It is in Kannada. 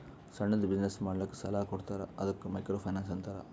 ಸಣ್ಣುದ್ ಬಿಸಿನ್ನೆಸ್ ಮಾಡ್ಲಕ್ ಸಾಲಾ ಕೊಡ್ತಾರ ಅದ್ದುಕ ಮೈಕ್ರೋ ಫೈನಾನ್ಸ್ ಅಂತಾರ